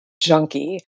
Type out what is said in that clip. junkie